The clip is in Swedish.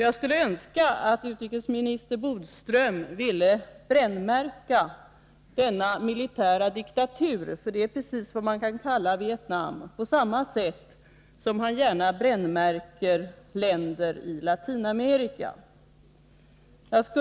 Jag skulle önska att utrikesminister Bodström ville brännmärka denna militära diktatur — det är precis vad man kan kalla Vietnam — på samma sätt som han gärna brännmärker länder i Latinamerika.